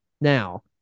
now